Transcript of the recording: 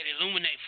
Illuminate